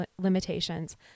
limitations